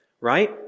right